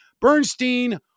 Bernstein